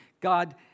God